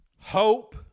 hope